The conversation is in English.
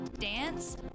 dance